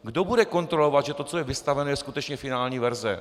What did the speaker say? Kdo bude kontrolovat, že to, co je vystaveno, je skutečně finální verze?